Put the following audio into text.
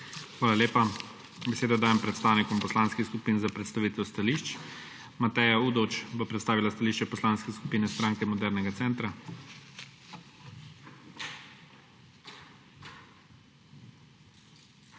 Hvala lepa. Besedo dajem predstavnikom poslanskih skupin za predstavitev stališč. Mateja Udovč bo predstavila stališče Poslanske skupine Stranke modernega centra. **MATEJA